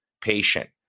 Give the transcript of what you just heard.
patient